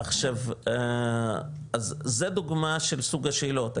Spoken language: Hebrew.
עכשיו אז זה דוגמא של סוג השאלות,